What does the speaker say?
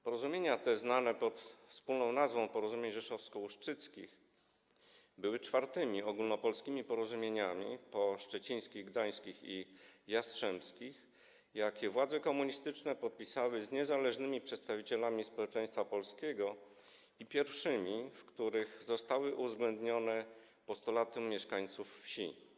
Porozumienia te, znane pod wspólną nazwą porozumień rzeszowsko-ustrzyckich, były czwartymi ogólnopolskimi porozumieniami - po szczecińskich, gdańskich i jastrzębskich - jakie władze komunistyczne podpisały z niezależnymi przedstawicielami społeczeństwa polskiego, i pierwszymi, w których zostały uwzględnione postulaty mieszkańców wsi.